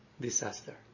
disaster